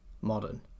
modern